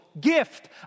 gift